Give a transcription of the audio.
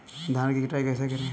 धान की कटाई कैसे करें?